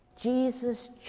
Jesus